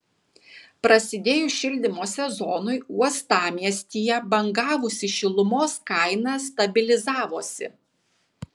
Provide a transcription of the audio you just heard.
prasidėjus šildymo sezonui uostamiestyje bangavusi šilumos kaina stabilizavosi